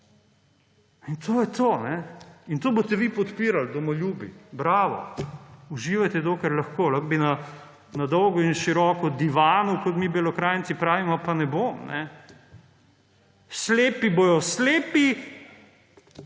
In to je to. In to boste vi podpirali, domoljubi? Bravo. Uživajte, dokler lahko. Lahko bi na dolgo in široko divanil, kot mi Belokranjci pravimo, pa ne bom. Slepi bodo slepi,